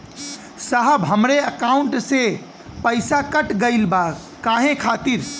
साहब हमरे एकाउंट से पैसाकट गईल बा काहे खातिर?